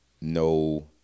No